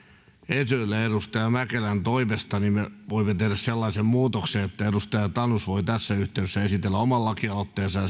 esille edustaja mäkelän toimesta niin me voimme tehdä sellaisen muutoksen että edustaja tanus voi tässä yhteydessä esitellä oman lakialoitteensa